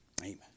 Amen